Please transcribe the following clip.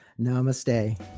Namaste